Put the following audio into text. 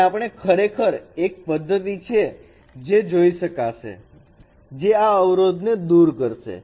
અને આપણે ખરેખર એક પદ્ધતિ છે જે જોઇ શકશો જે આ અવરોધને દૂર કરશે